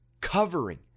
Covering